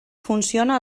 funciona